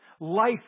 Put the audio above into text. Life